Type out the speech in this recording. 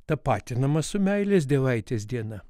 tapatinamas su meilės dievaitės diena